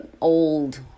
old